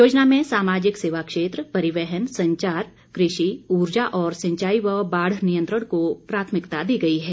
योजना में सामाजिक सेवा क्षेत्र परिवहन संचार कृषि उर्जा और सिंचाई व बाढ़ नियंत्रण को प्राथमिकता दी गई है